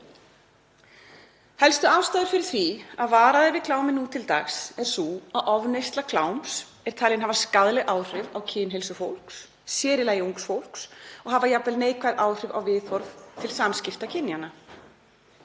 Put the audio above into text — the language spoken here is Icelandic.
Helstu ástæður fyrir því að varað er við klámi nú til dags eru þær að ofneysla kláms er talin hafa skaðleg áhrif á kynheilsu fólks, sér í lagi ungs fólks, og hafa jafnvel neikvæð áhrif á viðhorf til samskipta kynjanna.